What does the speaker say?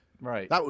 Right